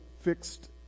fixed